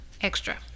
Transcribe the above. extra